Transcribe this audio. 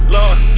Lord